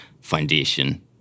foundation